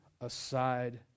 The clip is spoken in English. aside